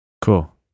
Cool